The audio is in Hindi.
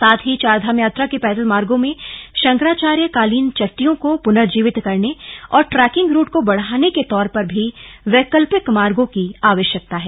साथ ही चारधाम यात्रा के पैदल मार्गो में शंकराचार्य कालीन चट्टियों को पुनर्जीवित करने और ट्रेकिंग रूट को बढ़ाने के तौर पर भी वैकल्पिक मार्गों की आवश्यकता है